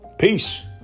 Peace